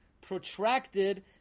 protracted